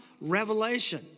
Revelation